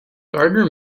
gardner